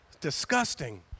disgusting